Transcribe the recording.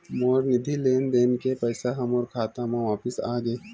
मोर निधि लेन देन के पैसा हा मोर खाता मा वापिस आ गे